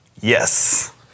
Yes